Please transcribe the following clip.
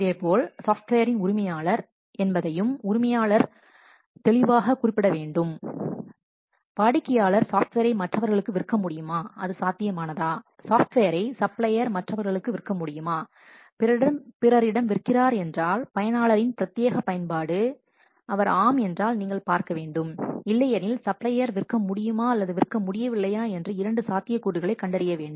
இதேபோல் சாப்ட்வேரின் உரிமையாளர் யார் என்பதையும் உரிமையாளரை தெளிவாகக் குறிப்பிட வேண்டும் வாடிக்கையாளர் சாஃப்ட்வேரை மற்றவர்களுக்கு விற்க முடியுமா அது சாத்தியமானதா சாஃப்ட்வேரை சப்ளையர் மற்றவர்களுக்கு விற்க முடியுமா பிறரிடம் விற்கிறார் என்றால் பயனாளர் இன் பிரத்தியேக பயன்பாடு அவர் ஆம் என்றால் நீங்கள் பார்க்க வேண்டும் இல்லையெனில் சப்ளையர் விற்க முடியுமா அல்லது விற்க முடியவில்லையா என்று இரண்டு சாத்திய கூறுகளை கண்டறிய வேண்டும்